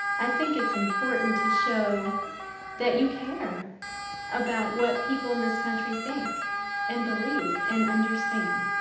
i think it's important to show that you care about what people in this country think and believe and understand.